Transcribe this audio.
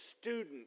student